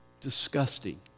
Disgusting